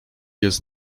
jest